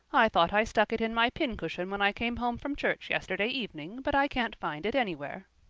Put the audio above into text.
i thought i stuck it in my pincushion when i came home from church yesterday evening, but i can't find it anywhere.